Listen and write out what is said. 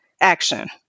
action